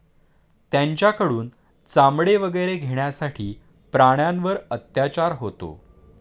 त्यांच्याकडून चामडे वगैरे घेण्यासाठी प्राण्यांवर अत्याचार होतो